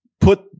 put